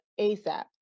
ASAP